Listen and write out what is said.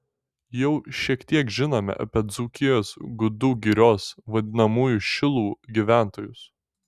jau šiek tiek žinome apie dzūkijos gudų girios vadinamųjų šilų gyventojus